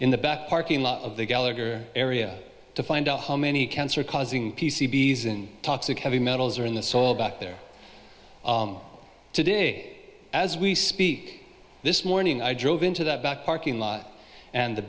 in the back parking lot of the gallagher area to find out how many cancer causing p c b eason toxic heavy metals are in the soil back there today as we speak this morning i drove into that back parking lot and the